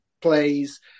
plays